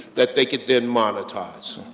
that they could then monetize.